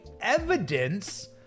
evidence